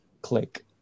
click